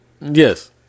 Yes